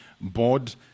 board